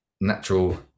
natural